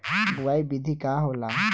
बुआई विधि का होला?